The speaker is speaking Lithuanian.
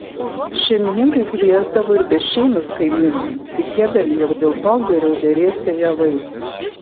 šeimininkai kviesdavo ir bešeimius kaimynus tikėdami jog dėl to geriau derėsią javai